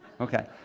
Okay